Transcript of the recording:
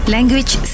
Language